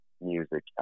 music